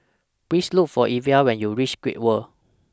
Please Look For Evia when YOU REACH Great World